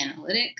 analytics